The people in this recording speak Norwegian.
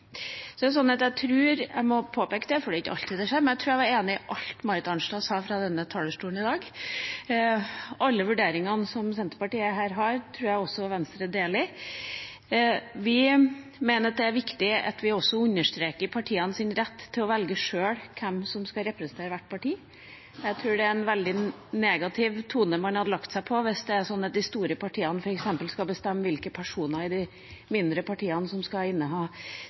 Jeg tror – jeg må påpeke det, for det er ikke alltid det skjer – at jeg var enig i alt det som Marit Arnstad sa fra denne talerstolen i dag. Alle vurderingene som Senterpartiet har her, tror jeg også Venstre deler. Vi mener det er viktig at vi også understreker partienes rett til sjøl å velge hvem som skal representere partiet. Jeg tror det vil være en veldig negativ tone å legge seg på hvis de store partiene f.eks. skulle bestemme hvilke personer i de mindre partiene som skulle inneha